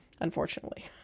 unfortunately